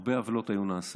הרבה עוולות היו נעשות